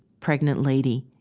pregnant lady,